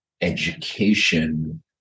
education